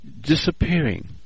disappearing